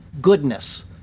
goodness